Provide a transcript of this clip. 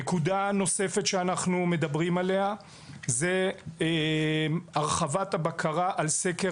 נקודה נוספת שאנחנו מדברים עליה היא הרחבת הבקרה על סקר